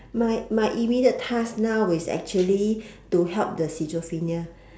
my my immediate task now is actually to help the schizophrenia